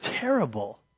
terrible